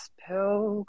pill